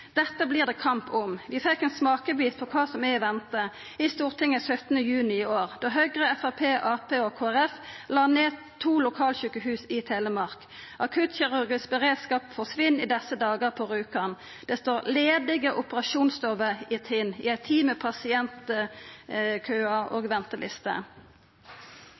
Dette blir det kamp om. Vi fekk ein smakebit av kva som er i vente i Stortinget den 17. juni i år, då Høgre, Framstegspartiet, Arbeidarpartiet og Kristeleg Folkeparti la ned to lokalsjukehus i Telemark. Akuttkirurgisk beredskap forsvinn i desse dagar på Rjukan. Det står ledige operasjonsstover i Tinn i ei tid med pasientkøar og